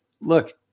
Look